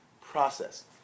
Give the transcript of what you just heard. process